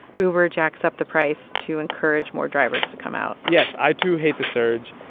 uber jacks up the price to encourage more drivers to come out yes. i, too, hate the surge.